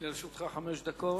דקות.